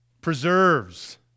Preserves